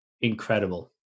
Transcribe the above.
incredible